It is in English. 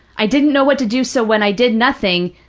i didn't know what to do. so, when i did nothing,